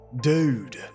Dude